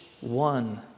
one